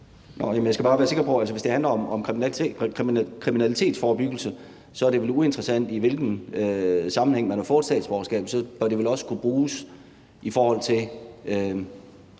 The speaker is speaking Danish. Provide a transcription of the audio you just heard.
Jeg skal bare være sikker på, at hvis det handler om kriminalitetsforebyggelse, så er det uinteressant, i hvilken sammenhæng man har fået statsborgerskabet. Så bør det vel også kunne bruges over for